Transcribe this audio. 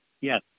Yes